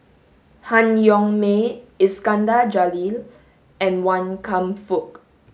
Han Yong May Iskandar Jalil and Wan Kam Fook